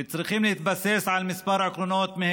וצריכים להתבסס על כמה עקרונות: